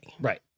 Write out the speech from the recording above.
Right